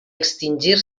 extingir